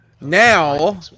now